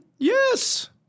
Yes